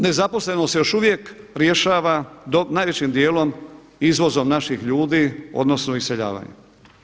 Nezaposlenost se još uvijek rješava najvećim dijelom izvozom naših ljudi, odnosno iseljavanjem.